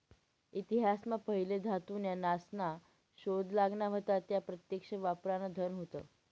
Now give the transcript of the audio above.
इतिहास मा पहिले धातू न्या नासना शोध लागना व्हता त्या प्रत्यक्ष वापरान धन होत